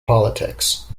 politics